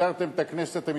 חברי חבר הכנסת אקוניס, דני,